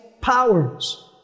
powers